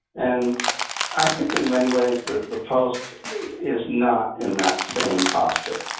and i think in many ways the the post is not in that same posture.